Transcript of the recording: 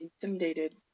intimidated